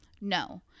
No